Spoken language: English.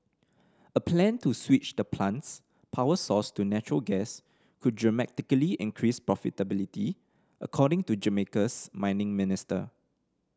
a plan to switch the plant's power source to natural gas could dramatically increase profitability according to Jamaica's mining minister